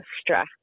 stress